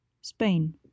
Spain